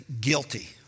guilty